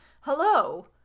Hello